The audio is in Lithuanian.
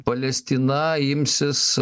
palestina imsis